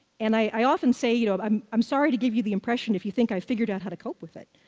and i often say, you know i'm i'm sorry to give you the impression if you think i figured out how to cope with it.